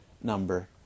number